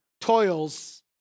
toils